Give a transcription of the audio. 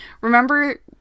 Remember